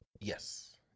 Yes